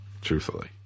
truthfully